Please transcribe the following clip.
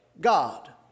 God